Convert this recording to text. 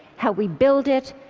how we build it.